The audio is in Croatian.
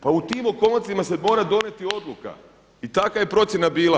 Pa u tim okolnostima se mora donijeti odluka i taka je procjena bila.